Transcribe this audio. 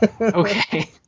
Okay